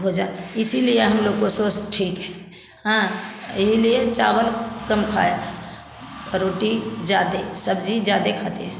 भोजन इसीलिए हम लोग को स्वास्थ्य ठीक है हाँ यही लिए चावल कम खाए रोटी ज्यादा सब्जी ज्यादा ही खाते हैं